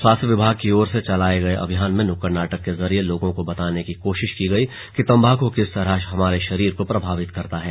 स्वास्थ्य विभाग की ओर से चलाए गए अभियान में नुक्कड़ नाटक के जरिये लोगों को बताने की कोशिश की गई कि तंबाकू किस तरह हमारे शरीर को प्रभावित करता है